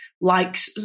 likes